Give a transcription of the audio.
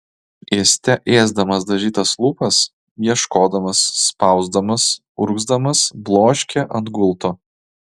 ėste ėsdamas dažytas lūpas ieškodamas spausdamas urgzdamas bloškė ant gulto